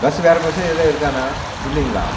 bus வேற bus எதும் இருக்காண்ணா இல்லைங்களா